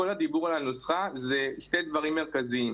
כל הדיבור על הנוסחה זה שני דברים מרכזיים.